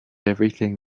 everything